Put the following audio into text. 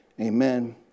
Amen